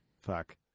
Fuck